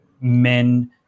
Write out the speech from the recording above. men